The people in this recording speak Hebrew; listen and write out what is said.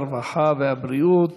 הרווחה והבריאות